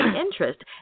interest